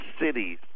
cities